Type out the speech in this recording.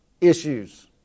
issues